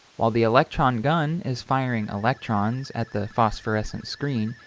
while the electron gun is firing electrons at the phosphorescent screen,